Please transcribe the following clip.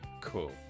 Cool